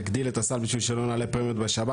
יגדיל את הסל בשביל שלא נעלה פרמיות בשב"ן?